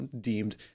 deemed